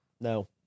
No